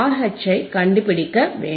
HI கண்டுபிடிக்கவேண்டும்